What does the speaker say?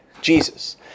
Jesus